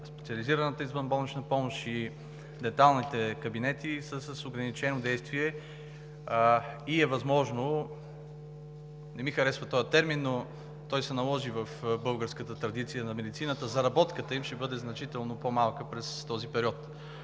специализираната извънболнична помощ и денталните кабинети, са с ограничено действие и е възможно – не ми харесва този термин, но той се наложи в българската традиция на медицината, заработката им да бъде значително по-малка през този период.